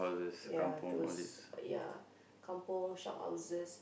ya those ya kampung shophouses